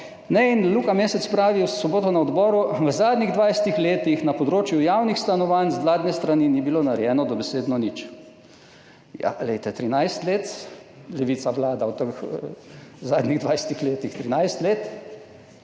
Luka Mesec pravi v soboto na odboru: »V zadnjih 20 letih na področju javnih stanovanj z vladne strani ni bilo narejeno dobesedno nič.« Ja, Levica vlada v teh zadnjih 20 letih 13 let,